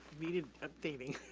needed updating.